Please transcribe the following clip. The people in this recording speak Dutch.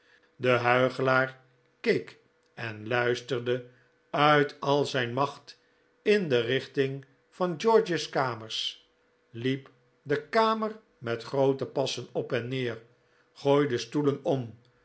de huichelaar keek en luisterde uit al zijn macht in de richting van george's kamers liep de kamer met groote passen op en neer gooidc stoelen om